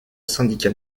syndicat